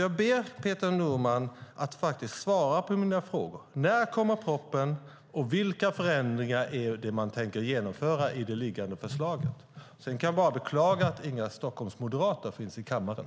Jag ber Peter Norman att svara på mina frågor: När kommer propositionen, och vilka förändringar är det man tänker genomföra i det liggande förslaget? Sedan kan jag bara beklaga att inga Stockholmsmoderater finns i kammaren.